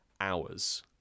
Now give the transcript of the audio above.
hours